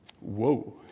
whoa